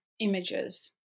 images